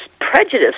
prejudice